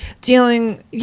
dealing